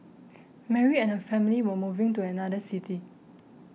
Mary and her family were moving to another city